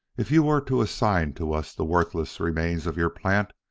if you were to assign to us the worthless remains of your plant,